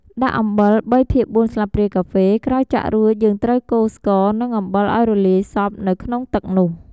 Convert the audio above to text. ដាក់អំបិល ៣ភាគ៤ស្លាបព្រាកាហ្វេ ក្រោយចាក់រួចយើងត្រូវកូរស្ករ និងអំបិលឱ្យរលាយសព្វនៅក្នុងទឹកនោះ។